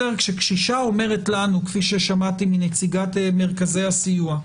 כשאישה אומרת לנו, כפי ששמעתי מנציגת מרכזי הסיוע: